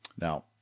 Now